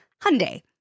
Hyundai